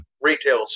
retail